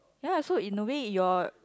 ya lah so in a way your